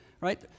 right